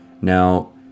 Now